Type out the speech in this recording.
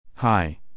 Hi